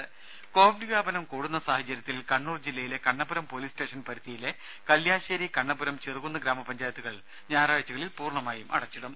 രുമ കോവിഡ് വ്യാപനം കൂടുന്ന സാഹചര്യത്തിൽ കണ്ണൂർ ജില്ലയിലെ കണ്ണപുരം പോലീസ് സ്റ്റേഷൻ പരിധിയിലെ കല്ല്യാശ്ശേരി കണ്ണപുരം ചെറുകുന്ന് ഗ്രാമ പഞ്ചായത്തുകൾ ഞായറാഴ്ചകളിൽ പൂർണ്ണമായും അടച്ചിടും